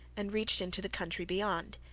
and reached into the country beyond.